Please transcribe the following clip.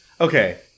Okay